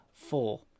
Four